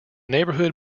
neighborhood